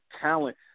talent